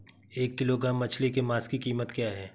एक किलोग्राम मछली के मांस की कीमत क्या है?